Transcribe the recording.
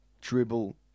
Dribble